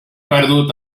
perdut